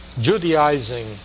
Judaizing